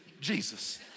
Jesus